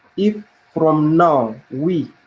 if from now, we,